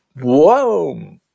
Whoa